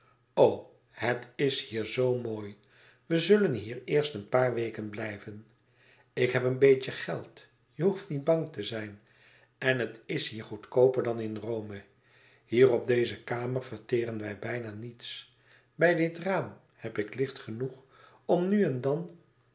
het is hier zoo mooi we zullen hier eerst een paar weken blijven ik heb een beetje geld je hoeft niet bang te zijn en het is hier goedkooper dan in rome hier op deze kamer verteeren wij bijna niets bij dit raam heb ik licht genoeg om nu en dan